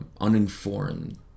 uninformed